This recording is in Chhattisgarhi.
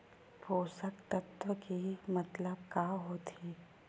पोषक तत्व के मतलब का होथे?